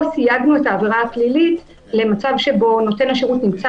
פה סייגנו את העבירה הפלילית למצב שבו נותן השירות נמצא